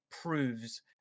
proves